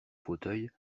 fauteuil